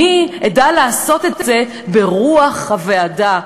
ואדע לעשות זאת ברוח הוועדה".